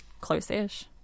close-ish